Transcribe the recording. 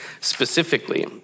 specifically